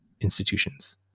institutions